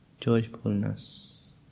joyfulness